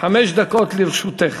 חמש דקות לרשותך.